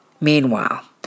Meanwhile